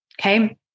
okay